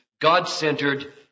God-centered